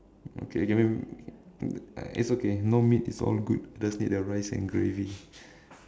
okay give me those it's okay no meat is all good just need the rice and gravy